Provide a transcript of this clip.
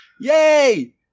Yay